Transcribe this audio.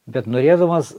bet norėdamas